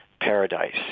paradise